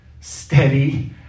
Steady